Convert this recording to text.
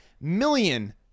million